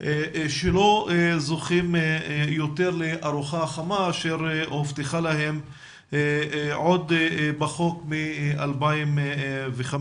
שלא זוכים יותר לארוחה חמה שהובטחה להם עוד בחוק מ-2005.